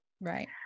right